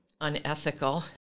unethical